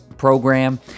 program